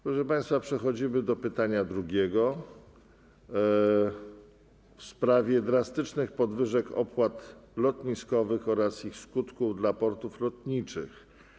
Proszę państwa, przechodzimy do pytania drugiego w sprawie drastycznych podwyżek opłat lotniskowych oraz ich skutków dla portów lotniczych.